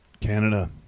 Canada